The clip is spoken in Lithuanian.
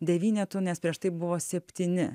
devynetu nes prieš tai buvo septyni